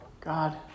God